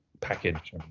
package